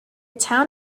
town